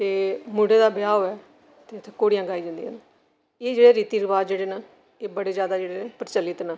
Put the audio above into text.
ते मुड़े दे ब्याह् होऐ ते उत्थै घोड़ियां गाई जंदियां न एह् जेह्ड़े रीति रिवाज जेह्ड़े न एह् बड़े जैदा जेह्डे़ न प्रचलित न